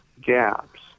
gaps